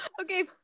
okay